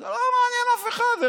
לא מעניין אף אחד.